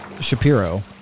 Shapiro